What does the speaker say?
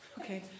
Okay